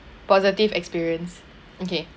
positive experience okay